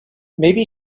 maybe